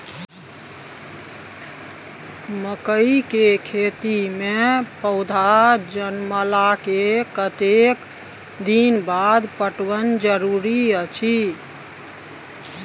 मकई के खेती मे पौधा जनमला के कतेक दिन बाद पटवन जरूरी अछि?